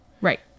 right